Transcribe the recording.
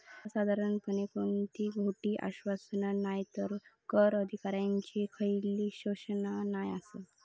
सर्वसाधारणपणे कोणती खोटी आश्वासना नायतर कर अधिकाऱ्यांची खयली घोषणा नाय आसा